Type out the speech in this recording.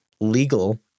legal